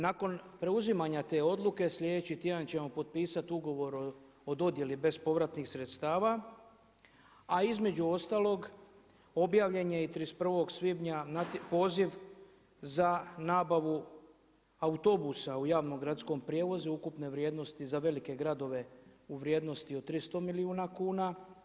Nakon preuzimanja te odluke slijedeći tjedan ćemo potpisati ugovor o dodjeli bespovratnih sredstava, a između ostalog, objavljen je i 31. svibnja poziv za nabavu autobusa u javnom gradskom prijevozu ukupne vrijednosti za velike gradove u vrijednosti od 300 milijuna kuna.